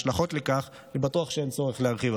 אבל השיא זה שהוא לקח את היועצים שלו,